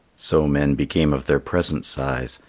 so men became of their present size,